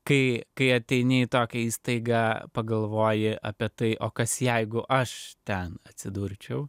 kai kai ateini į tokią įstaigą pagalvoji apie tai o kas jeigu aš ten atsidurčiau